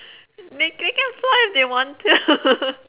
they they can fly if they want to